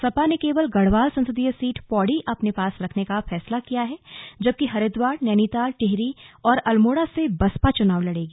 सपा ने केवल गढ़वाल संसदीय सीट पौड़ी अपने पास रखने का फैसला किया है जबकि हरिद्वार नैनीताल टिहरी और अल्मोड़ा से बसपा चुनाव लड़ेगी